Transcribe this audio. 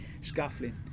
scuffling